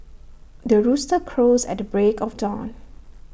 the rooster crows at the break of dawn